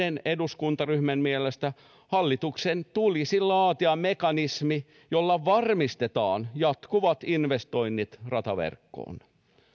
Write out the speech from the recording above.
eduskuntaryhmän mielestä hallituksen tulisi laatia mekanismi jolla varmistetaan jatkuvat investoinnit rataverkkoon